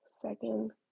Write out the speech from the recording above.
Second